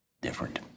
different